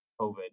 COVID